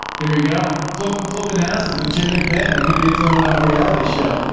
there you go. flip flipping houses with jim mcmahon that could be its own a reality show